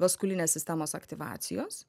vaskulinės sistemos aktyvacijos